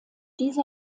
diese